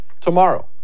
tomorrow